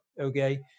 okay